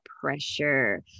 pressure